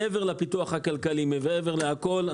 מעבר לפיתוח הכלכלי ומעבר להכול,